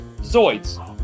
Zoids